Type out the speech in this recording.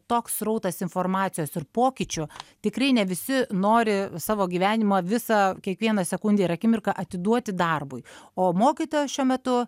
toks srautas informacijos ir pokyčių tikrai ne visi nori savo gyvenimą visą kiekvieną sekundę ir akimirką atiduoti darbui o mokytojas šiuo metu